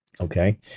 Okay